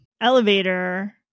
elevator